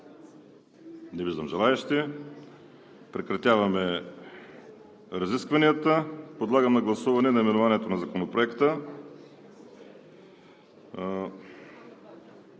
Не виждам желаещи. Прекратявам разискванията. Подлагам на гласуване наименованието на Законопроекта.